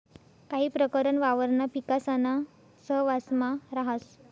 काही प्रकरण वावरणा पिकासाना सहवांसमा राहस